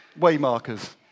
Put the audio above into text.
waymarkers